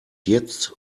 jetzt